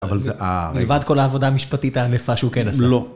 לבד כל העבודה המשפטית הענפה שהוא כן עשה. לא.